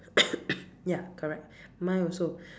ya correct mine also